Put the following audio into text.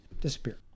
disappear